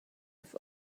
i’ve